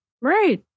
Right